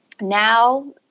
Now